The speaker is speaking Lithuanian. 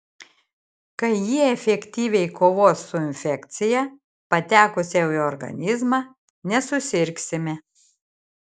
kai jie efektyviai kovos su infekcija patekusia į organizmą nesusirgsime